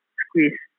squeeze